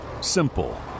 Simple